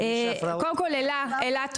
קודם כל, תודה לאלה.